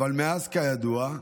"אבל מאז, כידוע,